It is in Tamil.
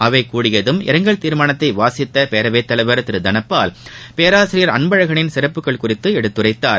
அவை கூடியதும் இரங்கல் தீர்மானத்தை வாசித்த பேரவைத்தலைவர் திரு தனபால் பேராசிரியர் அன்பழகனின் சிறப்புக்கள் குறித்து எடுத்துரைத்தார்